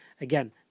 Again